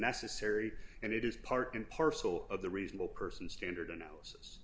necessary and it is part and parcel of the reasonable person standard analysis